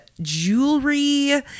jewelry